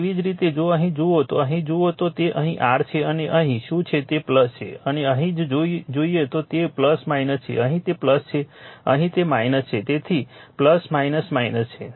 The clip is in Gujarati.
તેવી જ રીતે જો અહીં જુઓ જો અહીં જુઓ તો તે અહીં r છે અહીં શું છે તે છે અને અહીં જ જોઈએ તો તે છે અહીં તે છે અહીં તે છે તેથી છે